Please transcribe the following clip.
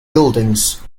buildings